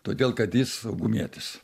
todėl kad jis saugumietis